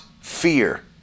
fear